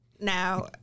Now